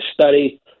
study